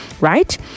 right